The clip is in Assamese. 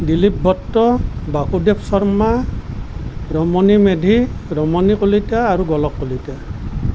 দিলীপ ভট্ট বাসুদেৱ শৰ্মা ৰমনী মেধি ৰমনী কলিতা আৰু গোলোক কলিতা